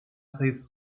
sayısı